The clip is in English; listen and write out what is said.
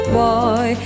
boy